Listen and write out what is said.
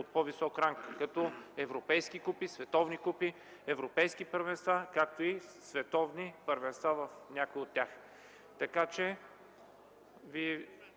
от по-висок ранг като европейски купи, световни купи, европейски първенства, както и световни първенства в някои от тях. Насочвам